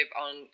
on